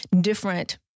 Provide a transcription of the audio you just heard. different